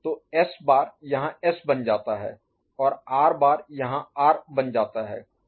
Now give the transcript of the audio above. तो यह S bar यहाँ S बन जाता है और R बार यहाँ R बन जाता है